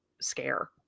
scare